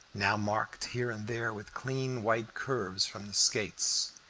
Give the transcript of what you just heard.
now marked here and there with clean white curves from the skates,